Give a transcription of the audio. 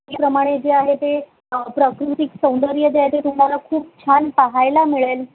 त्याप्रमाणे जे आहे ते प्राकृतिक सौंदर्य जे आहे ते तुम्हाला खूप छान पहायला मिळेल